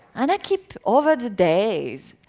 and i keep, over the days,